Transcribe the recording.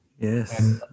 Yes